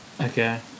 okay